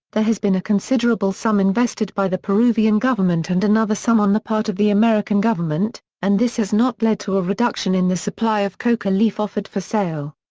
has been a considerable sum invested by the peruvian government and another sum on the part of the american government, and this has not led to a reduction in the supply of coca leaf offered for sale.